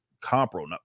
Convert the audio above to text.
comparable